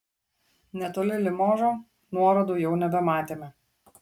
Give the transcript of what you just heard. netoli limožo nuorodų jau nebematėme